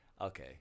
Okay